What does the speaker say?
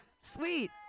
sweet